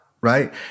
right